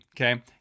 Okay